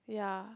yeah